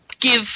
give